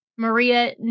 Maria